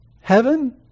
heaven